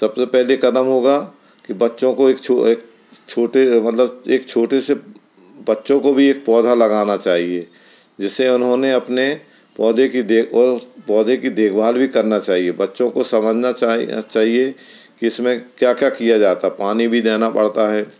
सबसे पहले कदम होगा कि बच्चों को एक छु एक छोटे मतलब एक छोटे से बच्चों को भी एक पौधा लगाना चाहिए जिसे उन्होंने अपने पौधे की देखभाल पौधे की देखभाल भी करना चाहिए बच्चों को समझना चाही चाहिए कि इसमें क्या क्या किया जाता पानी भी देना पड़ता है